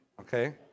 okay